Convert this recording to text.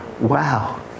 Wow